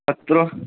பத்து கிலோ